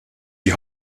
die